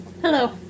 Hello